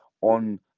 on